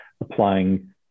applying